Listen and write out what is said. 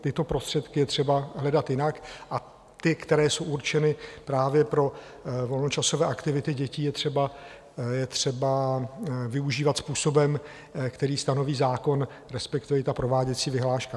Tyto prostředky je třeba hledat jinak a ty, které jsou určeny právě pro volnočasové aktivity dětí, je třeba využívat způsobem, který stanoví zákon, respektive i prováděcí vyhláška.